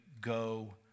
go